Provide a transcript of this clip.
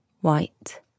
white